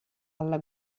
alla